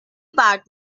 part